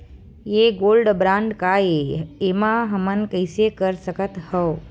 ये gold bond काय ए एमा हमन कइसे कर सकत हव?